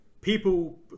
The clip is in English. People